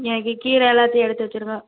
எனக்கு கீரை எல்லாத்தையும் எடுத்து வச்சுருங்க